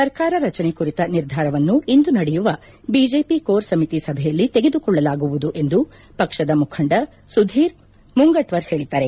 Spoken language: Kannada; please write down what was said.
ಸರ್ಕಾರ ರಚನೆ ಕುರಿತ ನಿರ್ಧಾರವನ್ನು ಇಂದು ನಡೆಯುವ ಬಿಜೆಪಿ ಕೋರ್ ಸಮಿತಿ ಸಭೆಯಲ್ಲಿ ತೆಗೆದುಕೊಳ್ಳಲಾಗುವುದು ಎಂದು ಪಕ್ಷದ ಮುಖಂಡ ಸುಧೀರ್ ಮುಂಗಚ್ವರ್ ಹೇಳಿದ್ದಾರೆ